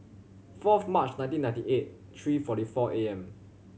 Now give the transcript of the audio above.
fourth March nineteen ninety eight three forty four A M